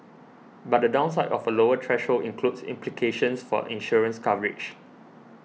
but the downside of a lower threshold includes implications for insurance coverage